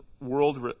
world